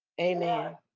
Amen